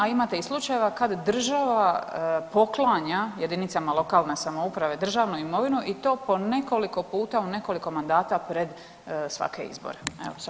A imate i slučajeva kad država poklanja jedinici lokalne samouprave državnu imovinu i to po nekoliko puta u nekoliko mandata pred svake izbore.